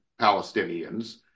Palestinians